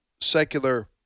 secular